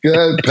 Good